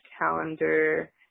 Calendar